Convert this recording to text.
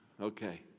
Okay